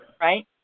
Right